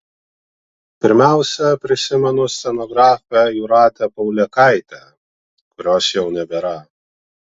pirmiausia prisimenu scenografę jūratę paulėkaitę kurios jau nebėra